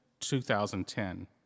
2010